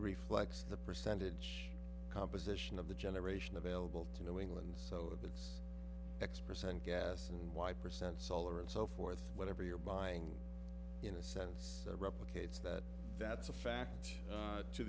reflects the percentage composition of the generation available to new england so of the x percent gas and y percent solar and so forth whatever you're buying in a sense replicates that that's a fact